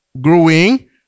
growing